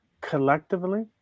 collectively